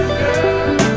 girl